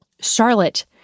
Charlotte